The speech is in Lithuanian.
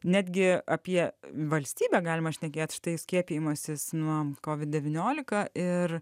netgi apie valstybę galima šnekėt štai skiepijimasis nuo kovid devyniolika ir